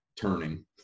turning